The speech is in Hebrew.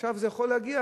עכשיו זה יכול להגיע,